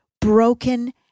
broken